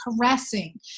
caressing